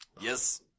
Yes